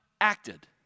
acted